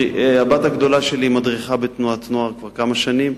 הבת הגדולה שלי מדריכה בתנועת נוער כבר כמה שנים,